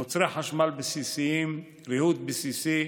מוצרי חשמל בסיסיים, ריהוט בסיסי,